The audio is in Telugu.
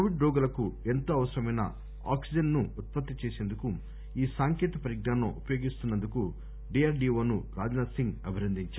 కోవిడ్ రోగులకు ఎంతో అవసరమైన ఆక్పిజన్ ను ఉత్పత్తి చేసేందుకు ఈ సాంకేతిక పరిజ్పానం ఉపయోగిస్తున్న ందుకు డి ఆర్ డి ఓ ను రాజ్ నాధ్ సింగ్ అభినందించారు